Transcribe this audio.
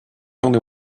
only